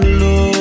low